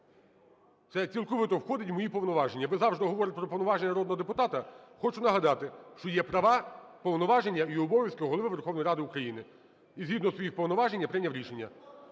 це цілковито входить в мої повноваження. Ви завжди говорите про повноваження народного депутата. Хочу нагадати, що є права, повноваження і обов'язки Голови Верховної Ради України, і згідно своїх повноважен, я прийняв рішення.